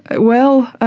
well,